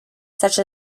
such